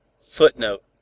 Footnote